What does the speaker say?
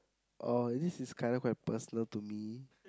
oh this is kind of like personal to me